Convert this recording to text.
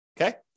okay